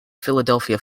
philadelphia